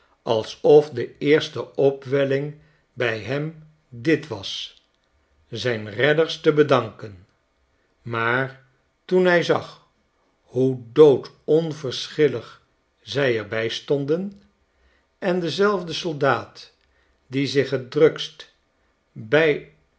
alsof de eerste opwelling bij hem dit was zijn redders te bedanken maar toen hij zag hoe doodonverschillig zij er bij stonden en dezelfde soldaat die zich het drukst bij